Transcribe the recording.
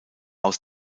aus